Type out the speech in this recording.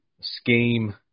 scheme